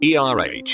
ERH